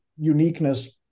uniqueness